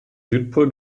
südpol